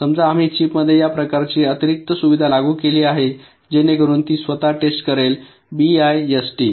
समजा आम्ही चिप्समध्ये या प्रकारची अतिरिक्त सुविधा लागू केली आहे जेणेकरून ती स्वतः टेस्ट करेल बीआयएसटी